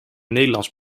nederlands